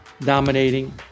dominating